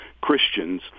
Christians